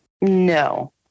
No